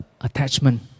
attachment